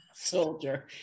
soldier